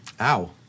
Ow